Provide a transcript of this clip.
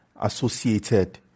associated